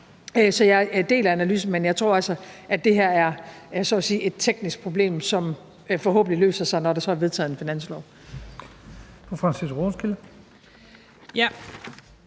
Så jeg deler analysen, men jeg tror altså, at det her så at sige er et teknisk problem, som forhåbentlig løser sig, når der så er vedtaget en finanslov.